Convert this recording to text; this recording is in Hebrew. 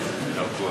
בבקשה,